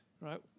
right